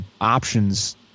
options